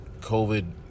covid